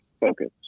focus